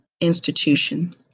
institution